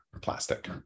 plastic